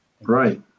Right